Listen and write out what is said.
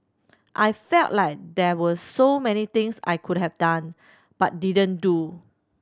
I felt like there were so many things I could have done but didn't do